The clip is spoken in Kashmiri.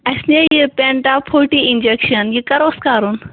اَسہِ نِیے یہِ پیٚنٹاپ فوٚٹی اِنٛجَکشَن یہِ کر اوس کَرُن